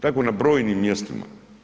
Tako na brojnim mjestima.